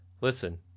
Listen